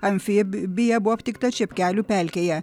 amfibija buvo aptikta čepkelių pelkėje